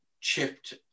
chipped